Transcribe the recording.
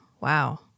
wow